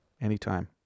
Anytime